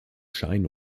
schein